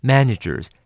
Managers